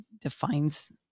defines